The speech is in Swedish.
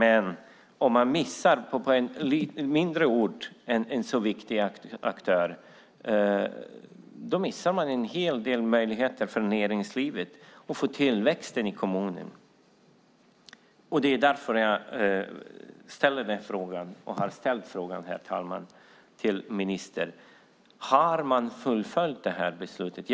Men om man missar en viktig aktör på en mindre ort missar man en hel del möjligheter för näringslivet och för tillväxten i kommunen. Det är därför jag har ställt och ställer frågan till ministern, herr talman: Har man fullföljt beslutet?